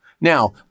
Now